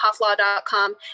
hofflaw.com